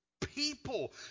people